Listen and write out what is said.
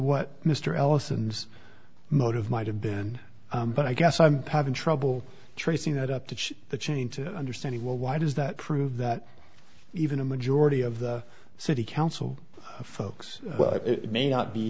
what mr ellison's motive might have been but i guess i'm having trouble tracing that up to the chain to understand why does that prove that even a majority of the city council folks but it may not be